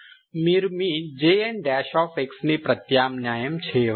ఇప్పుడు మీరు మీ Jnx ని ప్రత్యామ్నాయం చేయవచ్చు